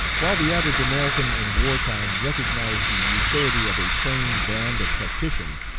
while the average american in war time recognized the utility of a trained band of tacticians,